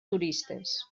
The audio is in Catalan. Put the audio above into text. turistes